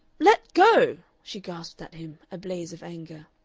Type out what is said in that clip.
let go! she gasped at him, a blaze of anger.